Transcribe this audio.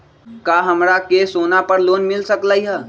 का हमरा के सोना पर लोन मिल सकलई ह?